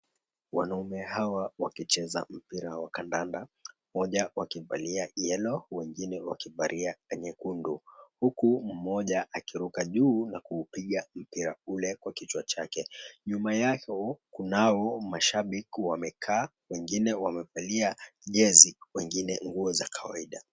Wanaume hawa wakicheza mpira wa kandanda, mmoja wakivalia yellow wengine wakivalia nyekundu, huku mmoja akiruka juu na kupiga mpira kule kwa kichwa chake. Nyuma yao kunao mashabiki wamekaa, wengine wamevalia jezi, wengine nguo za kawaida.